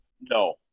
No